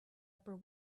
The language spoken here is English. upper